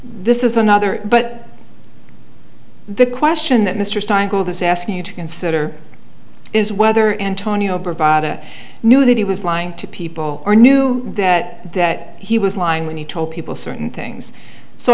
this is another but the question that mr stein go this asking you to consider is whether antonio provide a new that he was lying to people or knew that that he was lying when he told people certain things so